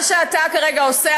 מה שאתה כרגע עושה,